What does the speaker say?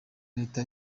reta